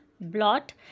blot